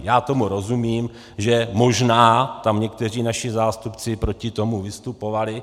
Já tomu rozumím, že možná tam někteří naši zástupci proti tomu vystupovali.